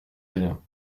rien